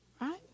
Right